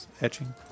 etching